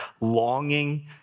Longing